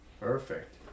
Perfect